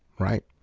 right?